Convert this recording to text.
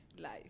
life